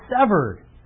severed